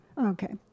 Okay